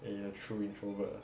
!aiya! true introvert lah